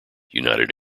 united